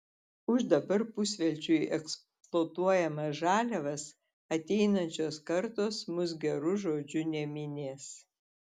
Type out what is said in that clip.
už dabar pusvelčiui eksploatuojamas žaliavas ateinančios kartos mus geru žodžiu neminės